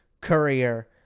Courier